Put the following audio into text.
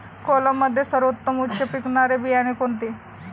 कोलममध्ये सर्वोत्तम उच्च पिकणारे बियाणे कोणते?